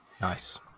nice